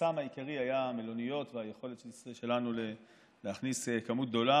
החסם העיקרי היה המלוניות והיכולת שלנו להכניס מספר גדול,